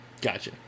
Gotcha